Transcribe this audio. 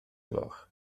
gloch